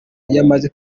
yamaze